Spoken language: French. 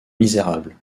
misérable